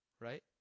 right